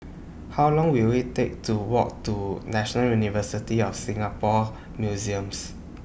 How Long Will IT Take to Walk to National University of Singapore Museums